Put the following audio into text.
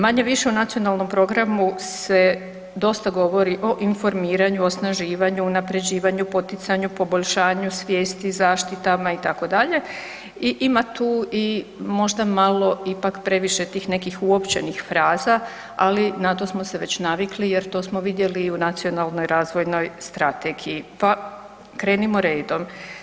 Manje-više u nacionalnom programu se dosta govori o informiranju, osnaživanju, unapređivanju poticanju, poboljšanju svijesti, zaštitama itd. i ima tu možda malo ipak previše tih nekih uopćenih fraza, ali na to samo se već navikli jer to smo vidjeli i u nacionalnoj razvojnoj strategiji, pa krenimo redom.